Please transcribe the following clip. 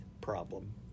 problem